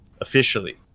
officially